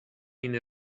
این